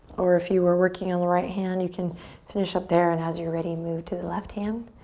or if you were working on the right hand, you can finish up there and as you're ready, move to the left hand.